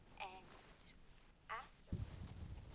and afterwards,